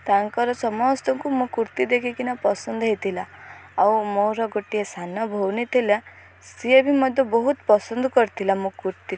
ତାଙ୍କର ସମସ୍ତଙ୍କୁ ମୋ କୁର୍ତ୍ତୀ ଦେଖିକିନା ପସନ୍ଦ ହୋଇଥିଲା ଆଉ ମୋର ଗୋଟିଏ ସାନ ଭଉଣୀ ଥିଲା ସିଏ ବି ମଧ୍ୟ ବହୁତ ପସନ୍ଦ କରିଥିଲା ମୋ କୁର୍ତ୍ତୀକୁ